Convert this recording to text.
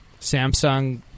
Samsung